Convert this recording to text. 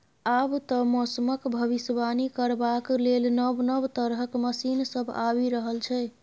आब तए मौसमक भबिसबाणी करबाक लेल नब नब तरहक मशीन सब आबि रहल छै